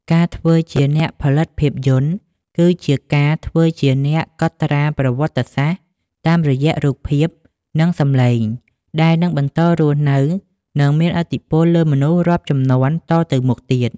ការធ្វើជាអ្នកផលិតភាពយន្ត គឺជាការធ្វើជាអ្នកកត់ត្រាប្រវត្តិសាស្ត្រតាមរយៈរូបភាព និងសំឡេង ដែលនឹងបន្តរស់នៅ និងមានឥទ្ធិពលលើមនុស្សរាប់ជំនាន់តទៅមុខទៀត។